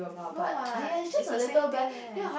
no what it's the same thing eh